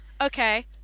Okay